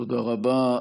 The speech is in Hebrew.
תודה רבה.